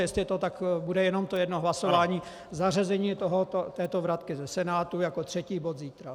Jestli je to tak, bude jenom to jedno hlasování zařazení této vratky ze Senátu jako třetí bod zítra.